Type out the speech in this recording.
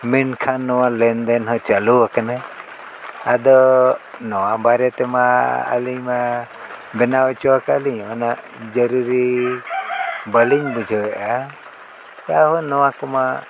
ᱢᱮᱱᱠᱷᱟᱱ ᱱᱚᱣᱟ ᱞᱮᱱᱫᱮᱱ ᱦᱚᱸ ᱪᱟᱹᱞᱩ ᱟᱠᱟᱱᱟ ᱟᱫᱚ ᱱᱚᱣᱟ ᱵᱟᱨᱮ ᱛᱮᱢᱟ ᱟᱹᱞᱤᱧᱢᱟ ᱵᱮᱱᱟᱣ ᱦᱚᱪᱚ ᱟᱠᱟᱫᱟᱹᱞᱤᱧ ᱚᱱᱟ ᱡᱟᱨᱩᱨᱤ ᱵᱟᱹᱞᱤᱧ ᱵᱩᱡᱷᱟᱹᱣᱮᱫᱟ ᱟᱨᱦᱚᱸ ᱱᱚᱣᱟ ᱠᱚᱢᱟ